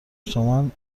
تومن